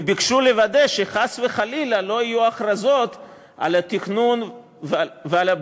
וביקשו לוודא שחס וחלילה לא יהיו הכרזות על תכנון ובנייה,